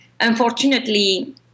Unfortunately